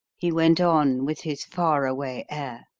he went on, with his far-away air,